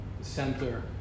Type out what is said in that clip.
center